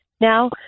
now